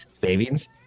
savings